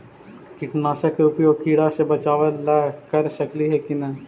कीटनाशक के उपयोग किड़ा से बचाव ल कर सकली हे की न?